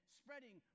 spreading